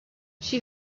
she